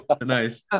Nice